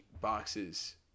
boxes